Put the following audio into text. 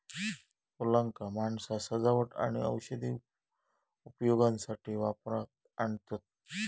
फुलांका माणसा सजावट आणि औषधी उपयोगासाठी वापरात आणतत